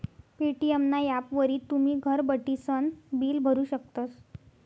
Paytm ना ॲपवरी तुमी घर बठीसन बिल भरू शकतस